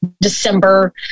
December